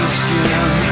skin